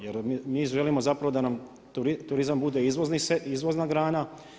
Jer mi želimo zapravo da nam turizam bude izvozna grana.